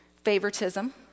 favoritism